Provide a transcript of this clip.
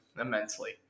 immensely